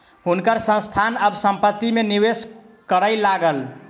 हुनकर संस्थान आब संपत्ति में निवेश करय लागल